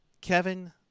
Kevin